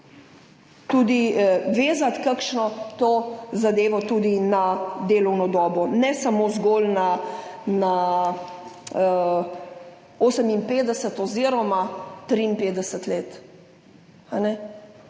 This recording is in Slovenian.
tudi vezati kakšno to zadevo tudi na delovno dobo, ne samo zgolj na 58 oziroma 53 let.